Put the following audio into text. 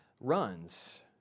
runs